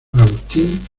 agustín